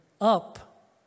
up